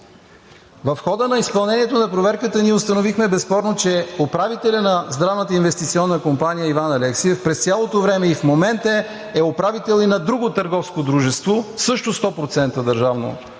В хода на изпълнението на проверката ние установихме безспорно, че управителят на Здравната инвестиционна компания Иван Алексиев през цялото време и в момента е управител и на друго търговско дружество също със 100% държавно